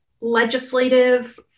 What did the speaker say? legislative